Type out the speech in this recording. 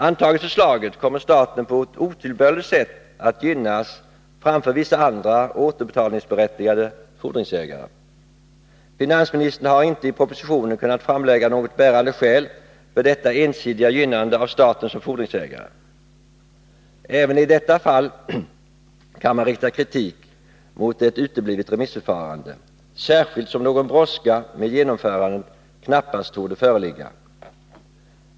Antas förslaget kommer staten att på ett otillbörligt sätt gynnas framför vissa andra återbetalningsberättigade fordringsägare. Finansministern har inte i propositionen kunnat framlägga något bärande skäl för detta ensidiga gynnande av staten som fordringsägare. Även i detta fall kan man rikta kritik mot ett uteblivet remissförfarande, särskilt som någon brådska med genomförandet knappast torde föreligga.